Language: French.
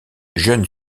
jeune